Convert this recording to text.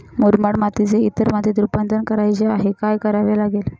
मुरमाड मातीचे इतर मातीत रुपांतर करायचे आहे, काय करावे लागेल?